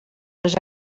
les